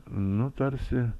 nu tarsi